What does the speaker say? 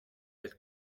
del